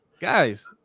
guys